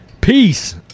Peace